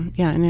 yeah, and and